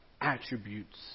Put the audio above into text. attributes